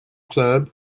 club